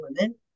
women